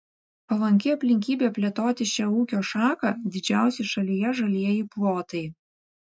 palanki aplinkybė plėtoti šią ūkio šaką didžiausi šalyje žalieji plotai